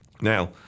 Now